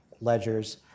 ledgers